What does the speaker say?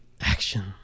action